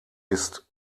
ist